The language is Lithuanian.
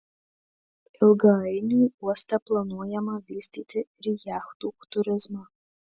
ilgainiui uoste planuojama vystyti ir jachtų turizmą